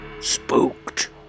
Spooked